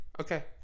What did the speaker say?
Okay